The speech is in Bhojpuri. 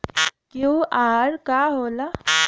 क्यू.आर का होला?